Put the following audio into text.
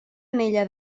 anella